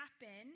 happen